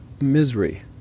misery